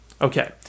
Okay